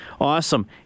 awesome